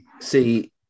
See